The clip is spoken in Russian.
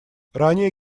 ранее